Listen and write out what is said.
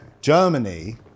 Germany